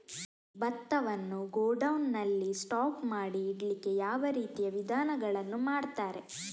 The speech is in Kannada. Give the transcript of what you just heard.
ಭತ್ತವನ್ನು ಗೋಡೌನ್ ನಲ್ಲಿ ಸ್ಟಾಕ್ ಮಾಡಿ ಇಡ್ಲಿಕ್ಕೆ ಯಾವ ರೀತಿಯ ವಿಧಾನಗಳನ್ನು ಮಾಡ್ತಾರೆ?